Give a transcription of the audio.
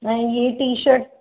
ऐं इहे टीशर्ट